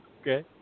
Okay